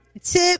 Tip